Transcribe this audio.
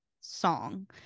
song